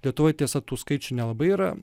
lietuvoj tiesa tų skaičių nelabai yra